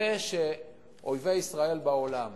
זה שאויבי ישראל בעולם